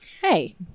hey